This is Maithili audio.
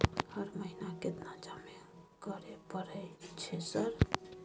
हर महीना केतना जमा करे परय छै सर?